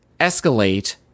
escalate